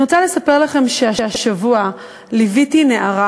אני רוצה לספר לכם שהשבוע ליוויתי נערה